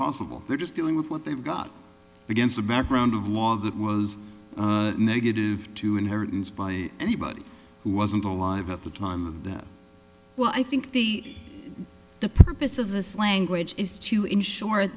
possible they're just dealing with what they've got against the background of law that was negative to inheritance by anybody who wasn't alive at the time that well i think the purpose of this language is to ensure